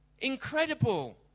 Incredible